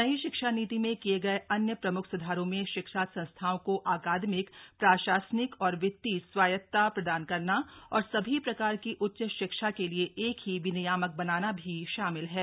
नई शिक्षा नीति में किए गए अन्य प्रमुख सुधारों में शिक्षा संस्थाओं को अकादमिक प्रशासनिक और वित्तीय स्वायत्तता प्रदान करना और सभी प्रकार की उच्च शिक्षा के लिए एक ही विनियामक बनाना भी शामिल हा